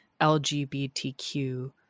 LGBTQ